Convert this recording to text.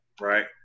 right